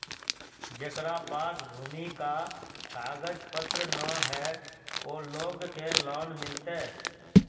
जेकरा पास भूमि का कागज पत्र न है वो लोग के लोन मिलते?